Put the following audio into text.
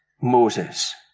Moses